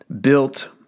built